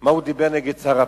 מה הוא דיבר נגד שר הפנים,